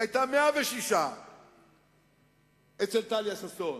היא היתה 106 אצל טליה ששון.